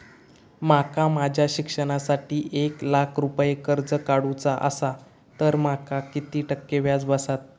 माका माझ्या शिक्षणासाठी एक लाख रुपये कर्ज काढू चा असा तर माका किती टक्के व्याज बसात?